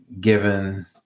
given